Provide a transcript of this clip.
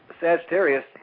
Sagittarius